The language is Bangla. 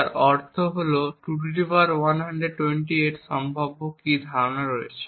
যার অর্থ হল 2128 সম্ভাব্য কী ধারণা রয়েছে